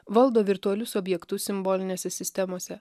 valdo virtualius objektus simbolinėse sistemose